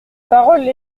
parole